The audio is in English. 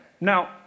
Now